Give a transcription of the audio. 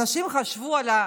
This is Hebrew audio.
אנשים חשבו על,